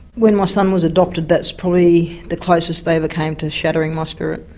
when my son was adopted that's probably the closest they ever came to shattering my spirit.